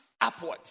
upward